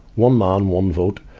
one man, one vote.